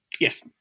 Yes